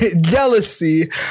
jealousy